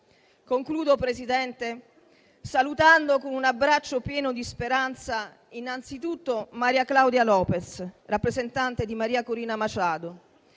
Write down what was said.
Concludo, Presidente, salutando con un abbraccio pieno di speranza innanzitutto Maria Claudia Lopez, rappresentante di Maria Corina Machado,